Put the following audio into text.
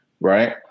Right